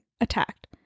attacked